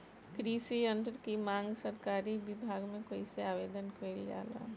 कृषि यत्र की मांग सरकरी विभाग में कइसे आवेदन कइल जाला?